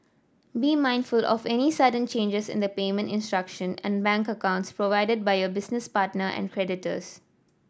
be mindful of any sudden changes in the payment instructions and bank accounts provided by your business partner and creditors